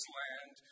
land